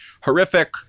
horrific